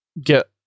get